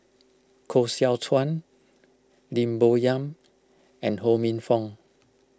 Koh Seow Chuan Lim Bo Yam and Ho Minfong